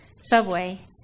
subway